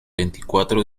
veinticuatro